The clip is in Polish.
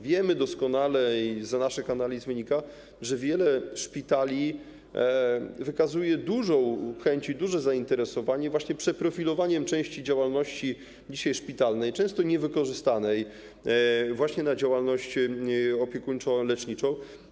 Wiemy doskonale i z naszych analiz wynika, że wiele szpitali wykazuje dużą chęć i duże zainteresowanie przeprofilowaniem części działalności szpitalnej, często niewykorzystanej na działalność opiekuńczo-leczniczą.